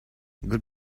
good